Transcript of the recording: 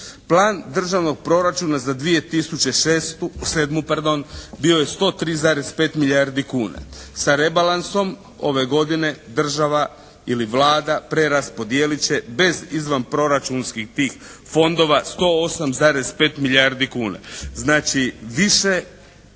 Plan državnog proračuna za 2007. bio je 103,5 milijardi kuna. Sa rebalansom ove godine država ili Vlada preraspodijelit će bez izvan proračunskih tih fondova 108,5 milijardi kuna.